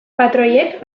patroiek